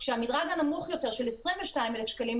כשהמדרג הנמוך יותר של 22,000 שקלים,